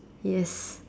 yes